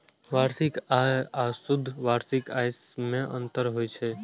वार्षिक आय आ शुद्ध वार्षिक आय मे अंतर होइ छै